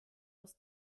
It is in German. aus